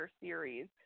series